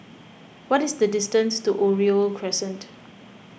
what is the distance to Oriole Crescent